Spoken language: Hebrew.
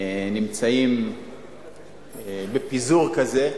נמצאים בפיזור כזה,